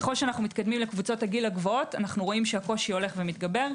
ככל שאנו מתקדמים לקבוצות הגיל הגבוהות אנו רואים שהקושי הולך ומתגבר.